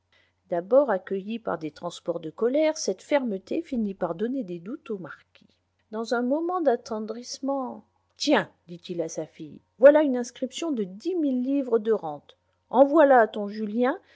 d'abord accueillie par des transports de colère cette fermeté finit par donner des doutes au marquis dans un moment d'attendrissement tiens dit-il à sa fille voilà une inscription de dix mille livres de rente envoie la à ton julien